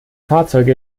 fahrzeuge